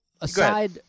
aside